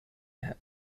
have